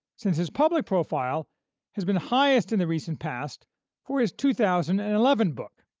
since his public profile has been highest in the recent past for his two thousand and eleven book,